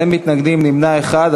אין מתנגדים, נמנע אחד.